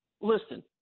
Listen